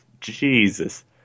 Jesus